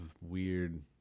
weird